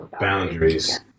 Boundaries